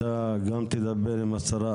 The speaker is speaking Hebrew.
אתה גם תדבר עם השרה,